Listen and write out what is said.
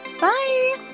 Bye